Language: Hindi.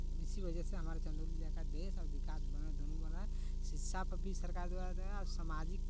इसी वजह से हमारे चंदौली जिले का देश और विकास बना दोनों बना है शिक्षा पे भी सरकार द्वारा है और समाजिक